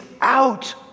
out